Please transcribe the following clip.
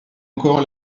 encore